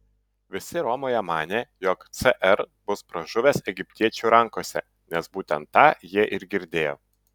visi romoje manė jog cr bus pražuvęs egiptiečių rankose nes būtent tą jie ir girdėjo